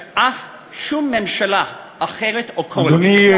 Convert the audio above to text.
ששום ממשלה אחרת או קואליציה אחרת,